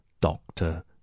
doctor